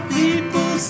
people